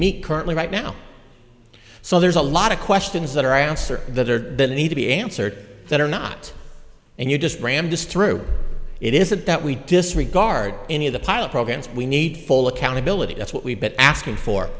meet currently right now so there's a lot of questions that are answered that are the need to be answered that are not and you just ram just through it is it that we disregard any of the pilot programs we need full accountability that's what we've been asking for